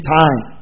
time